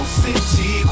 city